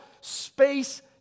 space